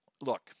look